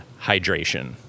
hydration